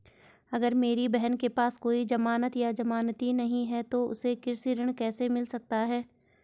अगर मेरी बहन के पास कोई जमानत या जमानती नहीं है तो उसे कृषि ऋण कैसे मिल सकता है?